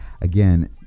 Again